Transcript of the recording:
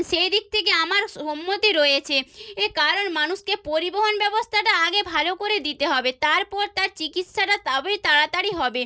সেই দিক থেকে আমার সম্মতি রয়েছে এ কারণ মানুষকে পরিবহণ ব্যবস্থাটা আগে ভালো করে দিতে হবে তারপর তার চিকিৎসাটা তবেই তাড়াতাড়ি হবে